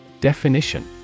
Definition